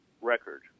record